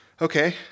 Okay